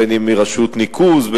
בין אם מרשות ניקוז,